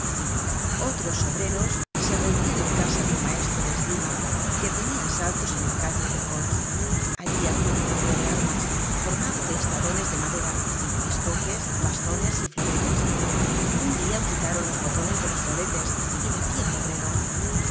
otros obreros se reunian en casa de un maestro de esgrima que tenia asaltos en la calle de cotte allí habia un trofeo de armas formado de espadones de madera estoques bastones y floretes un dia quitaron los botones de los floretes y decia un obrero